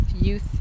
youth